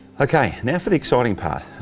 okay now for the exciting part.